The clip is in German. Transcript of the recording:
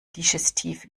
digestif